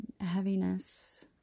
heaviness